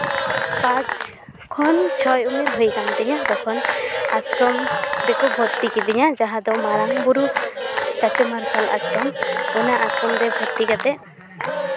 ᱯᱟᱸᱪ ᱠᱷᱚᱱ ᱪᱷᱚᱭ ᱩᱢᱮᱨ ᱦᱩᱭ ᱠᱟᱱ ᱛᱤᱧᱟᱹ ᱛᱚᱠᱷᱚᱱ ᱟᱥᱨᱚᱢ ᱨᱮᱠᱚ ᱵᱷᱚᱨᱛᱤ ᱠᱤᱫᱤᱧᱟ ᱡᱟᱦᱟᱸ ᱫᱚ ᱢᱟᱨᱟᱝᱵᱩᱨᱩ ᱪᱟᱪᱳ ᱢᱟᱨᱥᱟᱞ ᱟᱥᱨᱚᱢ ᱚᱱᱟ ᱟᱥᱨᱚᱢ ᱨᱮ ᱵᱷᱚᱨᱛᱤ ᱠᱟᱛᱮᱫ